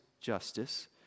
justice